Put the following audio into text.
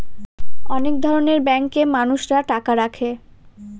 অনেক ধরনের ব্যাঙ্কে মানুষরা টাকা রাখে